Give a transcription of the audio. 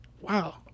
Wow